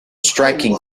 striking